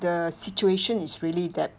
the situation is really that